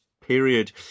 period